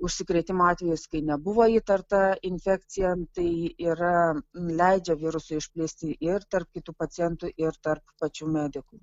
užsikrėtimo atvejus kai nebuvo įtarta infekcija tai yra leidžia virusui išplisti ir tarp kitų pacientų ir tarp pačių medikų